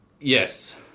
Yes